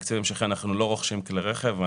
בתקציב ההמשכי אנחנו לא רוכשים כלי רכב.